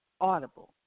Audible